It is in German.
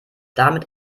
damit